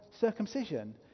circumcision